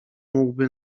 mógłby